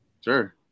Sure